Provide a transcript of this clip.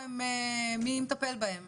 מי מטפל בהם?